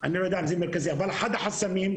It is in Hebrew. אחד החסמים,